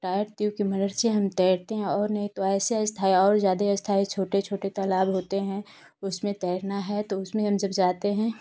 tyre tube की मदद से हम तैरते हैं नहीं तो ऐसे स्थाई जादे स्थाई छोटे छोटे तालाब होते हैं उसमें तैरना है तो उसमें जब हम जाते हैं